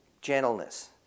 gentleness